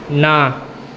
ના